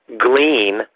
glean